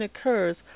occurs